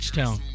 town